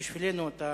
בשבילנו לא,